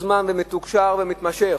מתוזמן ומתוקשר ומתמשך.